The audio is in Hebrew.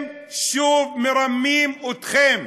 הם שוב מרמים אתכם.